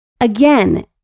Again